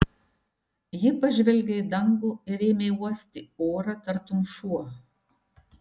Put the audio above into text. ji pažvelgė į dangų ir ėmė uosti orą tartum šuo